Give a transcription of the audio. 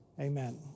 Amen